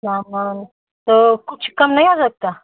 हाँ हाँ तो कुछ कम नहीं हो सकता